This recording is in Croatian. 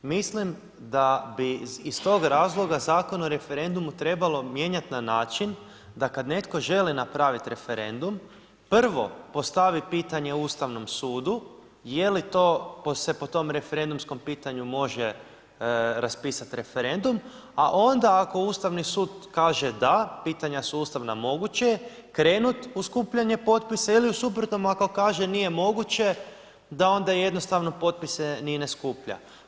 Mislim da bi iz tog razloga Zakon o referendumu trebalo mijenjati na način da kad netko želi napraviti referendum prvo postavi pitanje Ustavnom sudu je li se po tom referendumskom pitanju može raspisat referendum a onda ako Ustavni sud kaže da, pitanja su ustavna, moguće je, krenuti u skupljanje potpisa ili u suprotnom, ako kaže nije moguće, da onda jednostavno potpise ni ne skuplja.